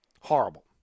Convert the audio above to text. Horrible